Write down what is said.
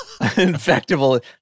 infectable